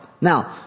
Now